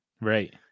Right